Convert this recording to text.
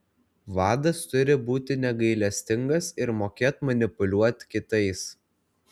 vadas turi būti negailestingas ir mokėt manipuliuoti kitais